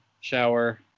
shower